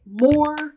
more